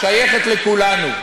שייכת לכולנו.